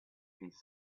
piece